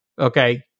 Okay